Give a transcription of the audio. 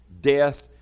death